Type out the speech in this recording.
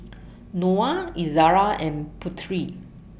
Noah Izara and Putri